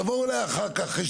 תבואו אליי אחר כך, אחרי שתדברו.